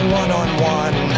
one-on-one